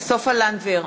סופה לנדבר,